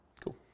Cool